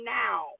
now